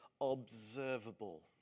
observable